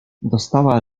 dostała